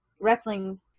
wrestling